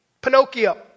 Pinocchio